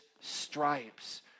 stripes